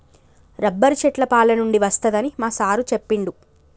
rubber చెట్ల పాలనుండి వస్తదని మా సారు చెప్పిండు